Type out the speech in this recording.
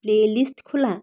playlist খোলা